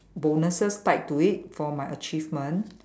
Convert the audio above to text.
bonuses tied to it for my achievement